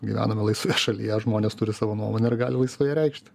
gyvename laisvoje šalyje žmonės turi savo nuomonę ir gali laisvai ją reikšti